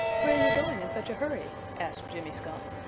where are you going in such a hurry? asked jimmy skunk.